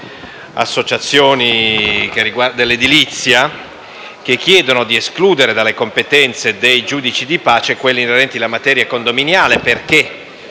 associazioni dell'edilizia che chiedono di escludere dalle competenze dei giudici di pace quelle inerenti la materia condominiale, essendo